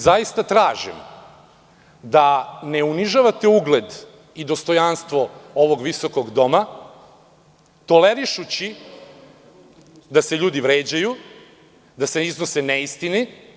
Zaista tražim da ne unižavate ugled i dostojanstvo ovog visokog doma tolerišući da se ljudi vređaju i da se iznose neistine.